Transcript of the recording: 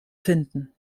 finden